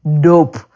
dope